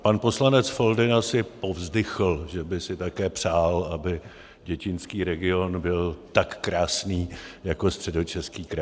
Pan poslanec Foldyna si povzdychl, že by si také přál, aby děčínský region byl tak krásný jako Středočeský kraj.